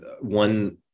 one